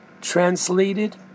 translated